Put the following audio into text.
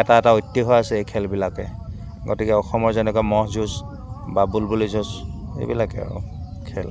এটা এটা ঐতিহ্য আছে এই খেলবিলাকে গতিকে অসমৰ যেনেকৈ ম'হ যুঁজ বা বুলবুলি যুঁজ এইবিলাকে আৰু খেল